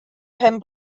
pen